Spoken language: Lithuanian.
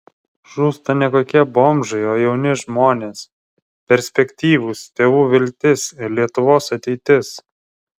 žūsta ne kokie bomžai o jauni žmonės perspektyvūs tėvų viltis ir lietuvos ateitis